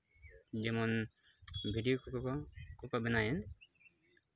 ᱡᱮᱢᱚᱱ ᱵᱷᱤᱰᱤᱭᱳ ᱠᱚᱠᱚ ᱵᱮᱱᱟᱭᱟ